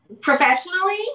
Professionally